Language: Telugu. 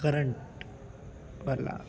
కరెంట్ వల్ల